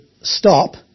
stop